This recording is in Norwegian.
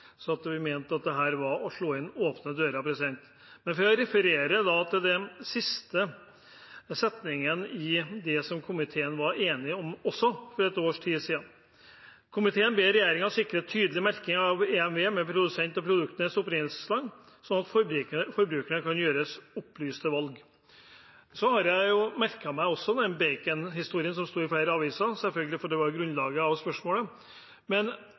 vi mente at dette var å slå inn åpne dører. For å referere til den siste setningen i det komiteen var enige om også for et års tid siden: «Komiteen ber regjeringen sikre tydelig merking av EMV med produsent og produktenes opprinnelsesland, slik at forbrukerne kan gjøre opplyste valg.» Jeg har også merket meg den baconhistorien som sto i flere aviser – selvfølgelig, det var jo grunnlaget for spørsmålet – men